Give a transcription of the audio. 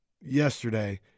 yesterday